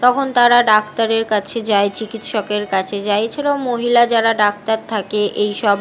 তখন তারা ডাক্তারের কাছে যায় চিকিৎসকের কাছে যায় এ ছাড়াও মহিলা যারা ডাক্তার থাকে এই সব